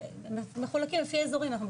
מחולקים לפי האזורים.